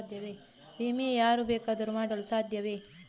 ವಿಮೆ ಯಾರು ಬೇಕಾದರೂ ಮಾಡಲು ಸಾಧ್ಯವೇ?